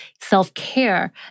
self-care